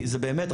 באמת,